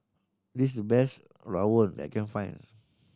this is the best Rawon I can find